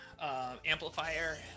amplifier